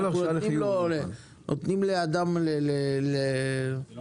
זה לא